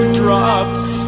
drops